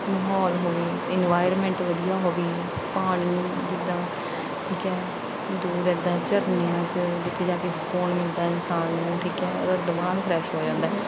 ਮਾਹੌਲ ਹੋਵੇ ਇਨਵਾਇਰਮੈਂਟ ਵਧੀਆ ਹੋਵੇ ਪਾਣੀ ਜਿੱਦਾਂ ਠੀਕ ਹੈ ਦੂਰ ਇੱਦਾਂ ਝਰਨਿਆ 'ਚ ਜਿੱਥੇ ਜਾ ਕੇ ਸਕੂਨ ਮਿਲਦਾ ਇਨਸਾਨ ਨੂੰ ਠੀਕ ਹੈ ਉਹ ਦਿਮਾਗ ਫਰੈਸ਼ ਹੋ ਜਾਂਦਾ